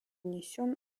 внесен